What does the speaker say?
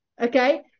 okay